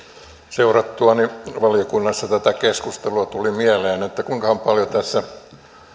seurattuani valiokunnassa tätä keskustelua tuli mieleen että kuinkahan paljon tässä